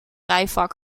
rijvak